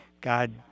god